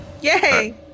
Yay